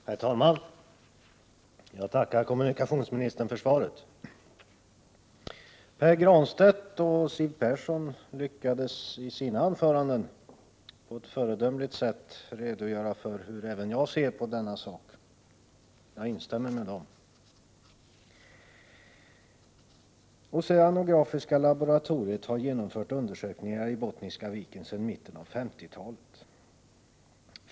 Herr talman! Jag tackar kommunikationsministern för svaret. Pär Granstedt och Siw Persson lyckades i sina anföranden på ett föredömligt sätt redogöra för hur även jag ser på denna sak. Jag instämmer med dem. Oceanografiska laboratoriet har genomfört undersökningar i Bottniska viken sedan mitten av 1950-talet.